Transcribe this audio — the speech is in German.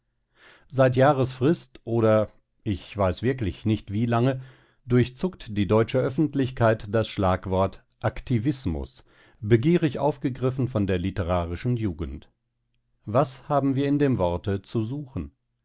seit jahresfrist oder ich weiß wirklich nicht wie lange durchzuckt die deutsche öffentlichkeit das schlagwort aktivismus begierig aufgegriffen von der literarischen jugend was haben wir in dem worte zu suchen